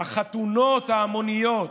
החתונות ההמוניות,